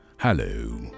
Hello